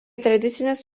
tradicinės